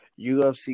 UFC